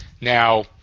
Now